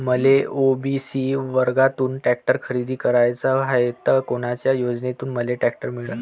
मले ओ.बी.सी वर्गातून टॅक्टर खरेदी कराचा हाये त कोनच्या योजनेतून मले टॅक्टर मिळन?